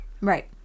Right